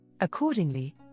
Accordingly